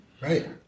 Right